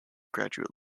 graduate